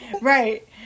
right